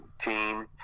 team